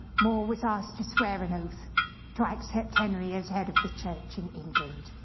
more was asked to swear an oath to accept henry as head of the church in england.